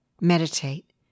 meditate